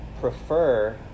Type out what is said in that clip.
prefer